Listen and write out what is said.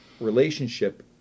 relationship